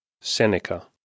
Seneca